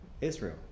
Israel